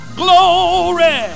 glory